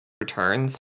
returns